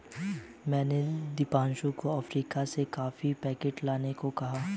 मैंने दीपांशु को अफ्रीका से कॉफी पैकेट लाने को कहा है